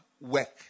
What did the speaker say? work